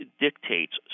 dictates